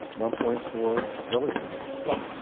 one point four billion but,